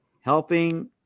helping